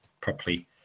properly